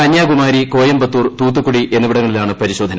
കന്യാകുമാരി കോയമ്പത്തൂർ തൂത്തുക്കുടി എന്നിവിടങ്ങളിലാണ് പരിശോധന